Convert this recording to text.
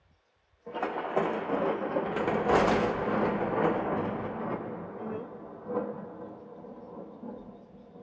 mm